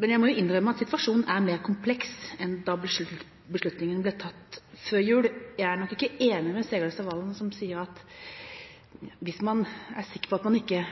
men jeg må innrømme at situasjonen er mer kompleks enn da beslutninga ble tatt før jul. Jeg er nok ikke enig med Serigstad Valen, som sier at man må være sikker på at man ikke